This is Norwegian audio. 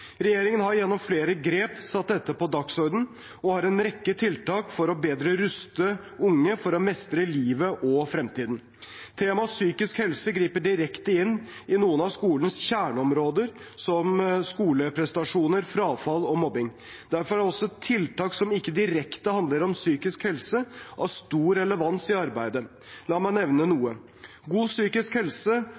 Regjeringen har gjennom flere grep satt dette på dagordenen og har en rekke tiltak for bedre å ruste unge for å mestre livet og fremtiden. Temaet psykisk helse griper direkte inn i noen av skolens kjerneområder, som skoleprestasjoner, frafall og mobbing. Derfor er også tiltak som ikke direkte handler om psykisk helse, av stor relevans i arbeidet. La meg nevne noe: God psykisk helse